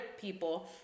people